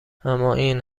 امااین